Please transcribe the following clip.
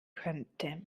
könnte